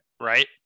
Right